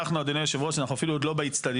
אנחנו, אדוני יושב הראש, אנחנו אפילו לא באצטדיון.